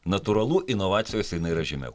natūralu inovacijos yra žemiau